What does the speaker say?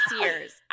years